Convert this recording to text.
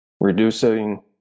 reducing